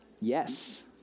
yes